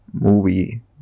movie